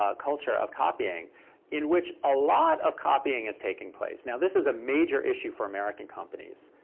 ah culture of copying in which a lot of copying is taking place. now, this is a major issue for american companies.